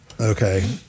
okay